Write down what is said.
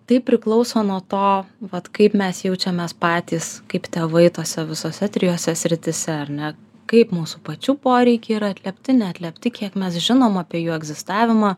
tai priklauso nuo to vat kaip mes jaučiamės patys kaip tėvai tose visose trijose srityse ar ne kaip mūsų pačių poreikiai yra atliepti neatliepti kiek mes žinom apie jų egzistavimą